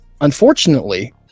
unfortunately